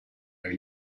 are